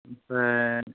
ओमफ्राय